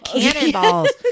cannonballs